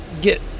Get